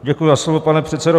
Děkuji za slovo, pane předsedo.